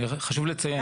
חשוב לציין.